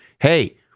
hey